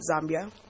Zambia